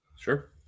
Sure